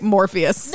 Morpheus